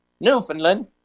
Newfoundland